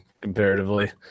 comparatively